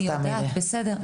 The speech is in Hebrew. אני יודעת, בסדר.